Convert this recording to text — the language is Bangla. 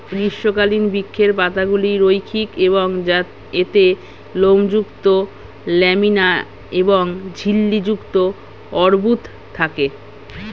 গ্রীষ্মকালীন বৃক্ষের পাতাগুলি রৈখিক এবং এতে লোমযুক্ত ল্যামিনা এবং ঝিল্লি যুক্ত অর্বুদ থাকে